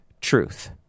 truth